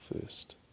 first